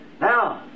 Now